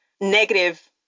negative